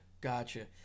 gotcha